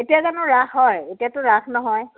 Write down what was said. এতিয়া জানো ৰাস হয় এতিয়াতো ৰাস নহয়